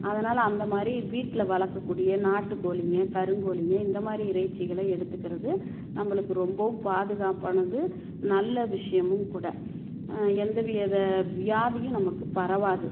அதனால் அந்த மாதிரி வீட்டில் வளர்க்கக்கூடிய நாட்டுக்கோழிங்க கருங்கோழிங்க இந்த மாதிரி இறைச்சிகளை எடுத்துக்கிறது நம்மளுக்கு ரொம்பவும் பாதுகாப்பானது நல்ல விஷயமும் கூட எந்த வித வியாதியும் நமக்கு பரவாது